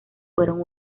fueron